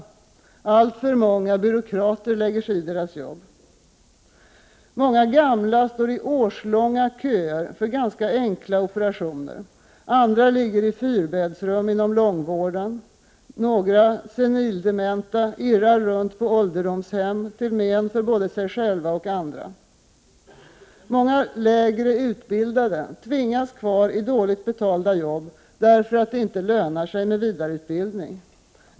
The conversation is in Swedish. Alltför många byråkrater lägger sig i deras jobb. Många gamla står i årslånga köer för ganska enkla operationer. Andra ligger i fyrbäddsrum inom långvården. Några senildementa irrar runt på ålderdomshem, till men både för sig själva och andra. Många med lägre utbildning tvingas kvar i dåligt betalda jobb därför att det inte lönar sig med vidareutbildning.